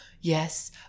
yes